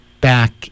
back